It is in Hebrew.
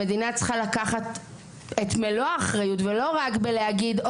המדינה צריכה לקחת את מלא האחריות ולא רק בלהגיד,